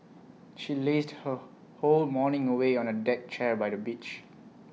she lazed her whole morning away on A deck chair by the beach